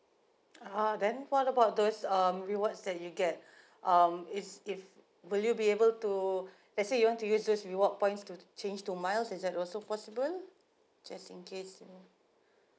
oh then what about those um rewards that you get um is if will you be able to let's say you want to use this reward points to change to miles is that also possible just in case you know